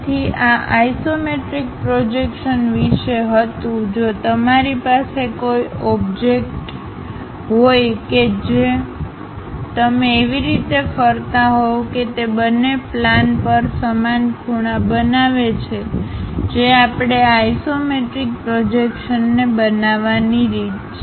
તેથી આ isometric projection વિશે હતું જો તમારી પાસે કોઈ ઓબ્જેક્ટ હોય કે જો તમે એવી રીતે ફરતા હોવ કે તે બંને પ્લેન પર સમાન ખૂણા બનાવે છે જે આપણે આ આઇસોમેટ્રિક પ્રોજેક્શન ને બનાવવાની રીત છે